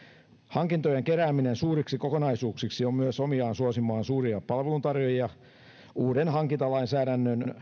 hankintojen kerääminen suuriksi kokonaisuuksiksi on myös omiaan suosimaan suuria palveluntarjoajia uuden hankintalainsäädännön